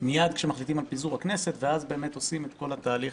מיד כשמחליטים על פיזור הכנסת ואז עושים את כל התהליך.